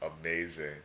Amazing